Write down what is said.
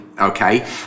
okay